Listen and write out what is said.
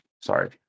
Sorry